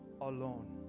alone